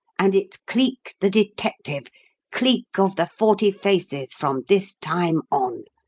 and it's cleek, the detective cleek of the forty faces from this time on.